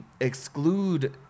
exclude